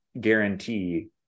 guarantee